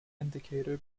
indicator